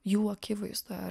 jų akivaizdoj ar